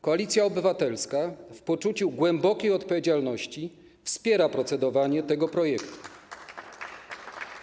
Koalicja Obywatelska w poczuciu głębokiej odpowiedzialności wspiera procedowanie nad tym projektem ustawy.